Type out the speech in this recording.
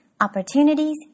opportunities